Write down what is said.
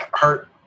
hurt